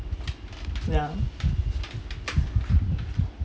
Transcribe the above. yeah